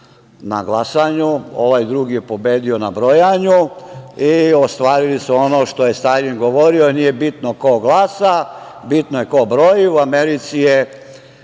na glasanju, ovaj drugi je pobedio na brojanju i ostvarili su ono što je Staljin govorio – nije bitno ko glasa, bitno je ko broji. U Americi je